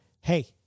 hey